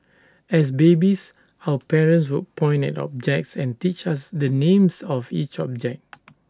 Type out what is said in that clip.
as babies our parents would point at objects and teach us the names of each object